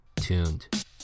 tuned